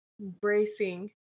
embracing